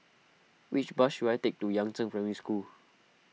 which bus should I take to Yangzheng Primary School